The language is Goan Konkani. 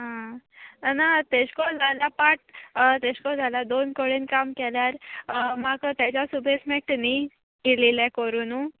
आं ना तेशे को जाला पाट तेशको जाला दोन कोडेन काम केल्यार म्हाका तेज्या सुबेज मेळटा न्ही केलेलें करूनू